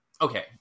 Okay